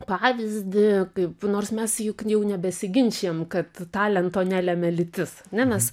pavyzdį kaip nors mes juk jau nebesiginčijam kad talento nelemia lytis ane mes